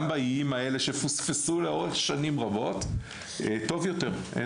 באיים האלה שפוספסו לאורך שנים רבות ויטפל טוב יותר.